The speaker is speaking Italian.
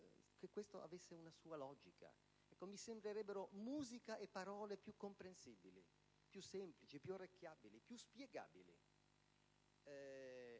che questo abbia una sua logica: mi sembrerebbero musica e parole più comprensibili, più semplici, più orecchiabili, più spiegabili.